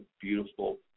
beautiful